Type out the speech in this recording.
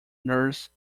nurse